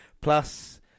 Plus